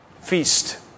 Feast